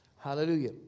Hallelujah